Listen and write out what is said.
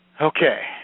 Okay